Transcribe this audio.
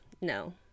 no